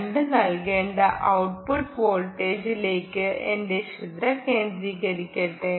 2 നൽകേണ്ട ഔട്ട്പുട്ട് വോൾട്ടേജിലേക്ക് എന്റെ ശ്രദ്ധ തിരിക്കട്ടെ